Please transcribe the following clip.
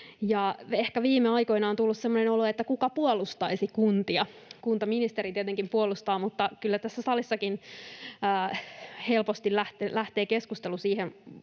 Ehkä viime aikoina on tullut semmoinen olo, että kuka puolustaisi kuntia. Kuntaministeri tietenkin puolustaa, mutta kyllä tässä salissakin helposti lähtee keskustelu sille